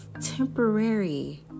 temporary